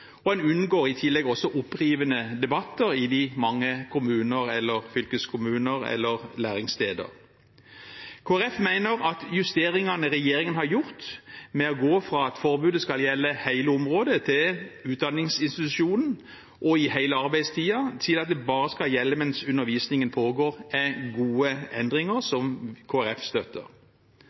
unngår i tillegg opprivende debatter i de mange kommuner, fylkeskommuner eller læringssteder. Kristelig Folkeparti mener at justeringene regjeringen har gjort ved å gå fra at forbudet skal gjelde hele området til utdanningsinstitusjonen og i hele arbeidstiden, til at det bare skal gjelde mens undervisningen pågår, er gode endringer, som Kristelig Folkeparti støtter.